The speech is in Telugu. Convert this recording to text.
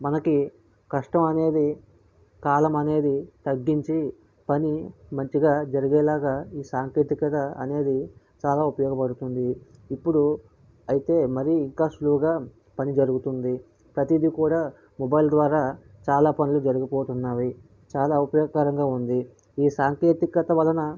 మనకి కష్టమనేది కాలం అనేది తగ్గించి పని మంచిగా జరిగేలాగా ఈ సాంకేతికత అనేది చాలా ఉపయోగపడుతుంది ఇప్పుడు అయితే మరి ఇంకా స్లోగా పని జరుగుతుంది ప్రతీది కూడా మొబైల్ ద్వారా చాలా పనులు జరిగిపోతున్నాయి చాలా ఉపయోగకరంగా ఉంది ఈ సాంకేతికత వలన